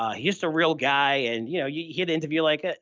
ah he's just a real guy and you know yeah he'd interview like ah